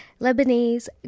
Lebanese